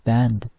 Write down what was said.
Band